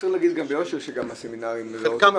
צריך להגיד ביושר שגם הסמינרים לא --- חלקם